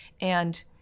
And-